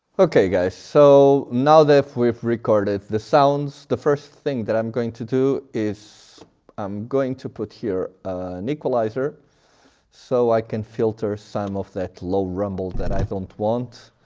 okay guys so now that we've recorded the sounds the first thing that i'm going to do is i'm going to put here an equalizer so i can filter some of that low rumble that i don't want.